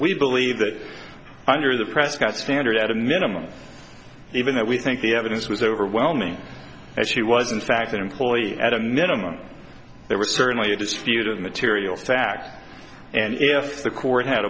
we believe that under the prescott standard at a minimum even that we think the evidence was overwhelming that she was in fact an employee at a minimum there was certainly at his feet of material fact and if the court had